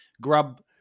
grub